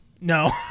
No